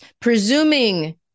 presuming